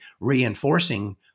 reinforcing